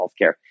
healthcare